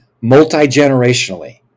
multi-generationally